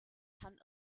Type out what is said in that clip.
kann